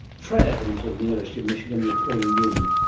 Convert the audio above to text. fred adams at the university of michigan, with pauline newman